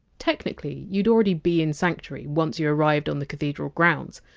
technically you! d already be in sanctuary once you arrived on the cathedral grounds,